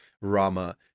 Rama